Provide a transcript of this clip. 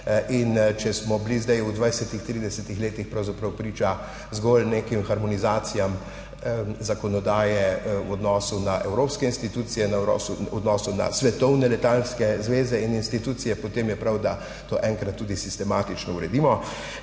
Če smo bili zdaj v 20, 30 letih pravzaprav priča zgolj nekim harmonizacijam zakonodaje v odnosu do evropskih institucij, v odnosu do svetovne letalske zveze in institucij, potem je prav, da to enkrat tudi sistematično uredimo.